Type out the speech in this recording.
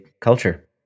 culture